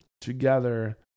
together